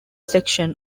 section